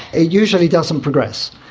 it usually doesn't progress.